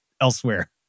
elsewhere